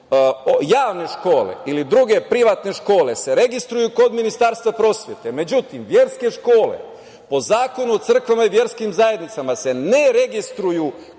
Javne škole ili druge privatne škole se registruju kod Ministarstva prosvete. Međutim, verske škole, po Zakonu o crkvama i verskim zajednicama, se ne registruju